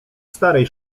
starej